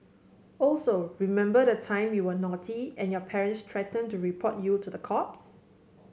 also remember the time you were naughty and your parents threatened to report you to the cops